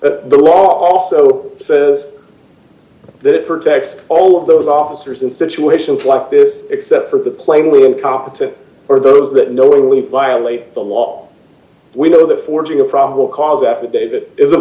do the law also says that protects all of those officers in situations like this except for playing with incompetent or those that knowingly violate the law we know that forging a probable cause affidavit is